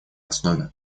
основе